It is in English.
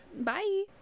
Bye